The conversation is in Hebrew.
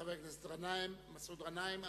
חבר הכנסת מסעוד גנאים.